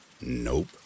Nope